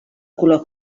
color